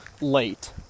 late